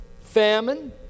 famine